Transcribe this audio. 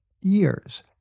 years